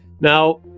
Now